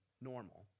Normal